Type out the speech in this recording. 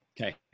Okay